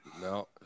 No